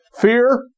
Fear